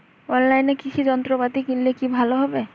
অনলাইনে কৃষি যন্ত্রপাতি কিনলে কি ভালো হবে?